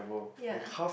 ya